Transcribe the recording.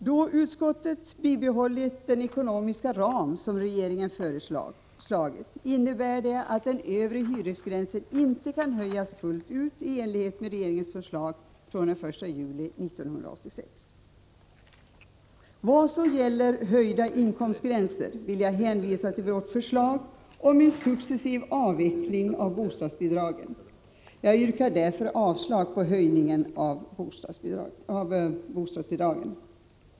Då utskottet bibehållit den ekonomiska ram som regeringen föreslagit, innebär det att den övre hyresgränsen inte kan höjas fullt ut i enlighet med regeringens förslag från den 1 juli 1986. Vad så gäller höjda inkomstgränser vill jag hänvisa till vårt förslag om en successiv avveckling av bostadsbidragen. Jag yrkar därför avslag på höjningen av bostadsbidragen.